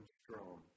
strong